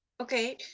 okay